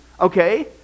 okay